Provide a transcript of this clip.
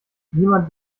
niemand